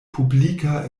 publika